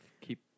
keep